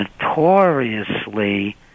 notoriously